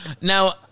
now